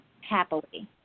happily